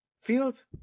Fields